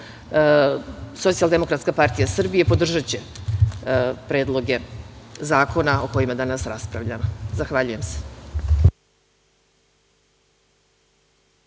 rad. Socijaldemokratska partija Srbije podržaće predloge zakona o kojima danas raspravljamo. Zahvaljujem se.